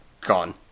Gone